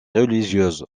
religieuses